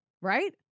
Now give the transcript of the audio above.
right